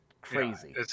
crazy